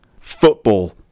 football